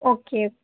okay